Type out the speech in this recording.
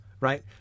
right